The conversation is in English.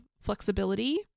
flexibility